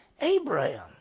Abraham